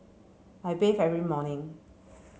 I bathe every morning